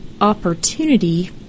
opportunity